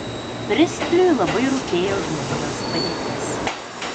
pristliui labai rūpėjo žmonijos padėtis